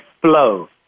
flow